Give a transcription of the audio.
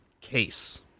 case